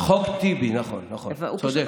חוק טיבי, נכון, נכון, הוא צודק.